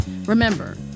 Remember